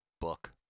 book